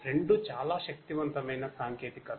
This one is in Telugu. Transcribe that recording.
రెండూ చాలా శక్తివంతమైన టెక్నాలజీస్